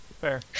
Fair